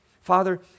Father